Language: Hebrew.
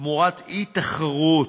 תמורת אי-תחרות,